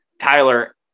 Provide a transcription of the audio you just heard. Tyler